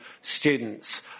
students